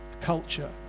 culture